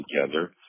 together